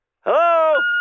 Hello